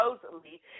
supposedly